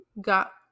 got